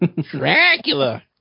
Dracula